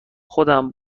خودم